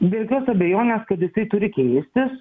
be jokios abejonės kad jisai turi keistis